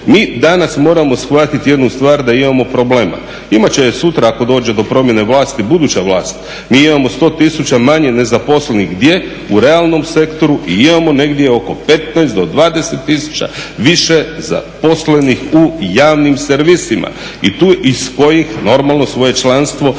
Mi danas moramo shvatiti jednu stvar da imamo problema. Imat će je sutra ako dođe do promjene vlasti buduća vlast. Mi imamo 100 tisuća manje nezaposlenih gdje? U realnom sektoru. I imamo negdje oko 15 do 20 tisuća zaposlenih u javnim servisima iz kojih normalno svoje članstvo i